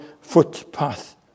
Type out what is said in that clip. footpath